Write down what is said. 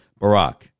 Barack